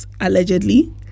allegedly